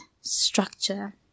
structure